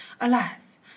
alas